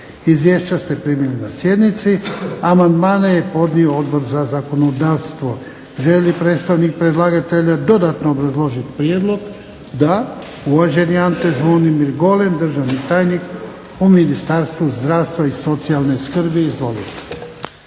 Izvješća ste primili na sjednici. Amandmane je podnio Odbor za zakonodavstvo. Želi li predstavnik predlagatelja dodatno obrazložiti prijedlog? Da. Uvaženi Ante Zvonimir Golem, državni tajnik u Ministarstvu zdravstva i socijalne skrbi. Izvolite.